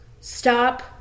stop